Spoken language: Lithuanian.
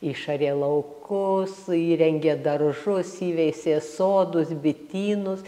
išarė laukus įrengė daržus įveisė sodus bitynus